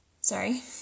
sorry